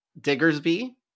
Diggersby